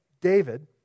David